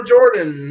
Jordan